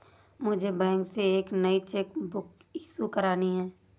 मुझे बैंक से एक नई चेक बुक इशू करानी है